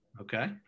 Okay